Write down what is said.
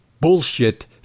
bullshit